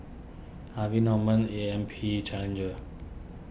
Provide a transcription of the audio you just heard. Harvey Norman A M P Challenger